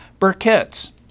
Burkitts